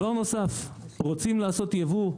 רוצים לעשות יבוא?